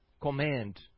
command